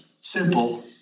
simple